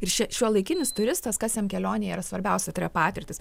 ir šiuolaikinis turistas kas jam kelionėje yra svarbiausia yra patirtys